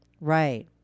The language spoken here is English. right